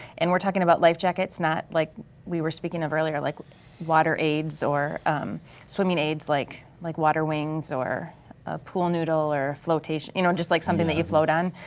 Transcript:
and we're talking about life jackets, not like we were speaking of earlier, like water aids or swimming aids like like water wings or a pool noodle or a flotation, you know just like something that you float on,